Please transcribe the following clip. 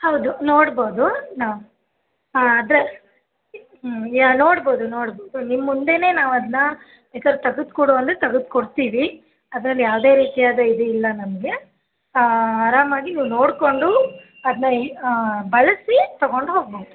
ಹೌದು ನೋಡ್ಬೋದು ನಾವು ಅದರ ಯ ನೋಡ್ಬೋದು ನೋಡ್ಬೋದು ನಿಮ್ಮುಂದೆನೇ ನಾವು ಅದನ್ನ ಬೇಕಾದರೆ ತಗದು ಕೊಡು ಅಂದರೆ ತಗದು ಕೊಡ್ತೀವಿ ಅದರಲ್ಲಿ ಯಾವುದೇ ರೀತಿಯಾದ ಇದು ಇಲ್ಲ ನಮಗೆ ಆರಾಮಾಗಿ ನೀವು ನೋಡ್ಕೊಂಡು ಅದನ್ನ ಬಳಸಿ ತೊಗೊಂಡು ಹೋಗ್ಬೋದು